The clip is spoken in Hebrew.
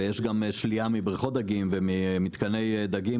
ויש גם שלייה מבריכות דגים וממתקני דגים,